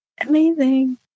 Amazing